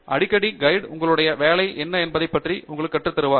அடிக்கடி கைடு உங்களுடைய வேலை என்ன என்பதைப் பற்றி உங்களுக்குத் கற்று தருவார்